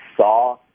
saw